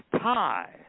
tie